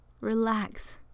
relax